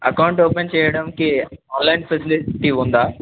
account open చేయడానికి online facility ఉందా